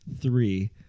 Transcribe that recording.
three